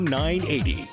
980